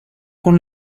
con